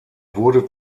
wurde